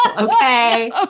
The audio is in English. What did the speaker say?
okay